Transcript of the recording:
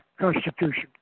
constitution